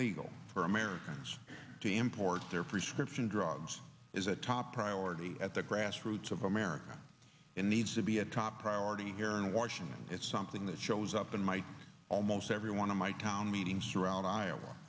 americans to import their prescription drugs is a top priority at the grassroots of america and needs to be a top priority here in washington it's something that shows up in my almost every one of my town meetings around iowa